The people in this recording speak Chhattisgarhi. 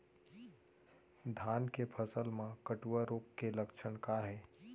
धान के फसल मा कटुआ रोग के लक्षण का हे?